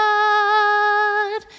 God